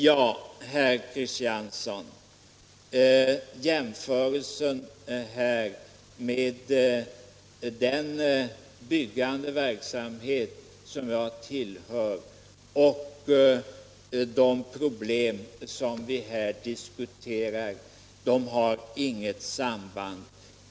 Ja, herr Kristiansson, jämförelsen mellan den byggande verksamhet som jag tillhör och de problem som vi här diskuterar har inget samband.